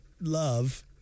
love